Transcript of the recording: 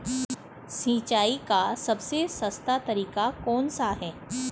सिंचाई का सबसे सस्ता तरीका कौन सा है?